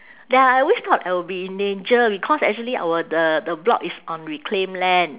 ya I always thought I will be in danger because actually our the the block is on reclaim land